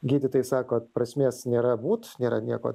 gydytojai sako prasmės nėra būt nėra nieko